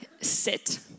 sit